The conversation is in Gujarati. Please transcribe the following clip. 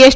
એસ